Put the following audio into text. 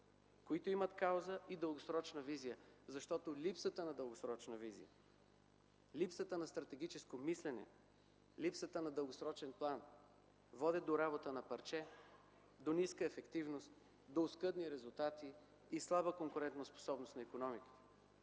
които имат кауза и дългосрочна визия, защото липсата на дългосрочна визия, липсата на стратегическо мислене, липсата на дългосрочен план водят до работа на парче, до ниска ефективност, до оскъдни резултати и слаба конкурентоспособност на икономиката.